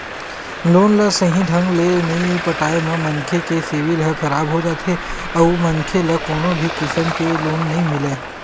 loan ल सहीं ढंग ले नइ पटाए म मनखे के सिविल ह खराब हो जाथे अउ मनखे ल कोनो भी किसम के लोन नइ मिलय